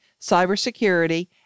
cybersecurity